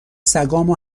سگامو